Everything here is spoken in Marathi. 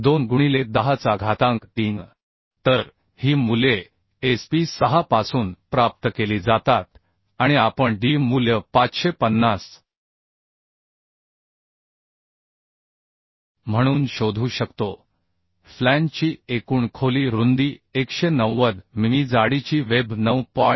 2 गुणिले 10 चा घातांक 3 तर ही मूल्ये SP 6 पासून प्राप्त केली जातात आणि आपण d मूल्य 550 म्हणून शोधू शकतो फ्लॅंजची एकूण खोली रुंदी 190 मिमी जाडीची वेब 9